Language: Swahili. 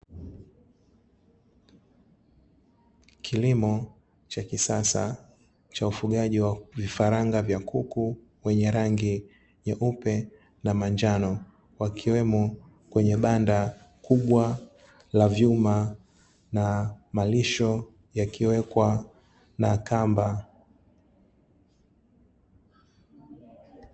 Kilimo cha kisasa cha ufugaji wa vifaranga vya kuku wenye rangi nyeupe na manjano, wakiwemo kwenye banda kubwa la vyuma. Na malisho yakiwekwa na kamba.